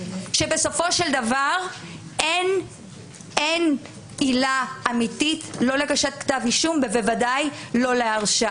כאשר בסופו של דבר אין עילה אמיתית להגשת כתב אישום ולא להרשעה?